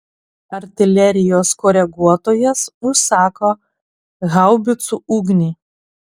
artilerijos koreguotojas užsako haubicų ugnį